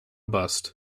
bust